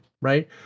right